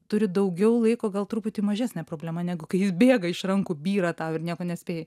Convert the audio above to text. turi daugiau laiko gal truputį mažesnė problema negu kai jis bėga iš rankų byra tau ir nieko nespėji